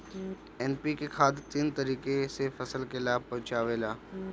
NPK खाद तीन तरीके से फसल के लाभ पहुंचावेला